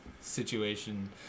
situation